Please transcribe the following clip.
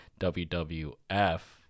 WWF